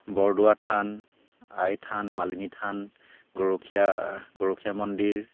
বৰদোৱা থান আই থান মালিনী থান গৰখীয়া গৰখীয়া মন্দিৰ